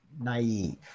naive